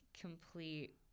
complete